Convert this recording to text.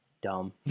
dumb